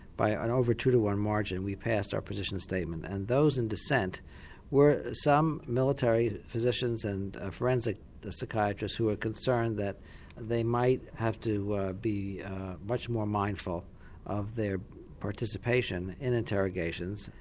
by an over two to one margin we passed our position statement and those in dissent were some military physicians and ah forensic psychiatrists who were concerned that they might have to be much more mindful of their participation in interrogations,